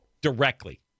Directly